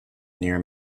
near